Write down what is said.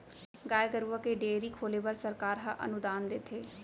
गाय गरूवा के डेयरी खोले बर सरकार ह अनुदान देथे